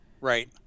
right